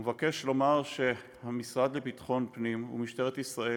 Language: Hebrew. אני מבקש לומר שהמשרד לביטחון פנים ומשטרת ישראל,